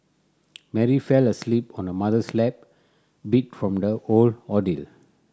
Mary fell asleep on her mother's lap beat from the whole ordeal